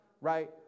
right